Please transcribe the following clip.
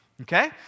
okay